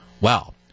Wow